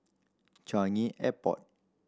Changi Airport